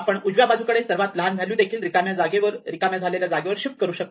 आपण उजव्या बाजूकडे सर्वात लहान व्हॅल्यू देखील रिकाम्या झालेल्या जागेवर शिफ्ट करू शकतो